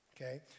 okay